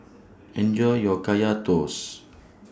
Enjoy your Kaya Toast